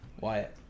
Wyatt